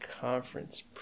Conference